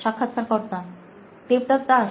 সাক্ষাৎকারকর্তা দেবদৎ দাস